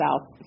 south